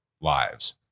lives